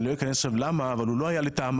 אני לא אכנס עכשיו למה אבל הוא לא היה לטעמם